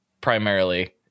primarily